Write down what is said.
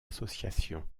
association